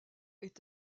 est